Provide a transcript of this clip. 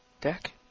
deck